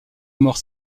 mort